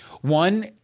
one